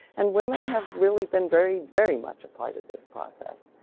and women have really been very, very much a part of this process.